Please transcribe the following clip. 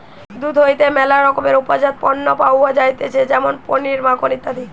দুধ হইতে ম্যালা রকমের উপজাত পণ্য পাওয়া যাইতেছে যেমন পনির, মাখন ইত্যাদি